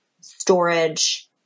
storage